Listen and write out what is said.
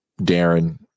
darren